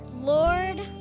Lord